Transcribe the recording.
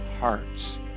hearts